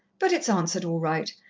but it's answered all right,